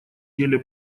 деле